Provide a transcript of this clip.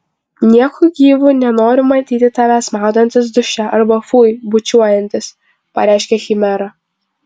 nieku gyvu nenoriu matyti tavęs maudantis duše arba fui bučiuojantis pareiškė chimera